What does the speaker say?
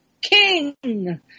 king